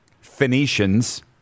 Phoenicians